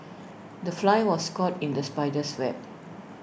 the fly was caught in the spider's web